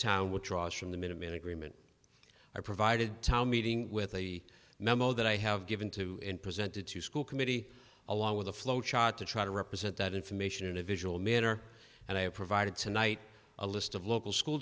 what draws from the minuteman agreement or provided town meeting with a memo that i have given to and presented to school committee along with the flow chart to try to represent that information in a visual manner and i have provided tonight a list of local school